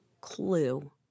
clue